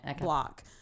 block